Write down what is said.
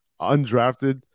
Undrafted